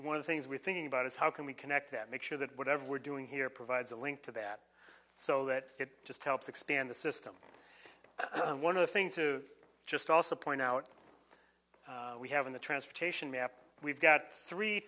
one of the things we're thinking about is how can we connect that make sure that whatever we're doing here provides a link to that so that it just helps expand the system one of the thing to just also point out we have in the transportation map we've got three